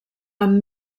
amb